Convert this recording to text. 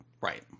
Right